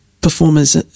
performers